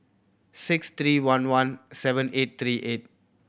six three one one seven eight three eight